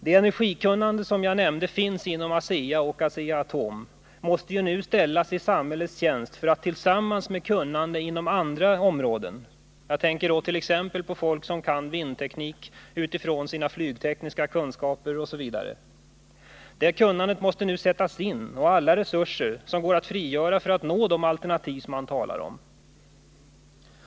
Det energikunnande som jag nämnde finns inom ASEA och Asea-Atom måste nu ställas i samhällets tjänst för att tillsammans med kunnande inom andra områden — jag tänker t.ex. på folk som kan vindteknik utifrån sina flygtekniska kunskaper etc. — skapa möjligheter för oss att nå de alternativ som det talas om.